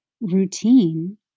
routine